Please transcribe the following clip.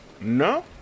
No